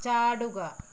ചാടുക